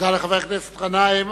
לחבר הכנסת גנאים.